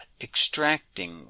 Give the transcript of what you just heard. extracting